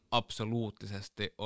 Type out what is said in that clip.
absoluuttisesti